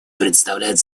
представляют